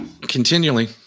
continually